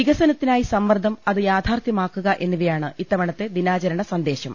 വികസനത്തിനായി സമ്മർദ്ദം അത് യാഥാർത്ഥ്യമാക്കുക എന്നി വയാണ് ഇത്തവണത്തെ ദിനാചരണ സന്ദേശം